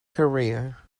career